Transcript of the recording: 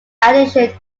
addition